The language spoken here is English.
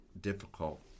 difficult